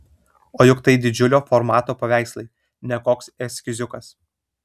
o juk tai didžiulio formato paveikslai ne koks eskiziukas